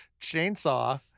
chainsaw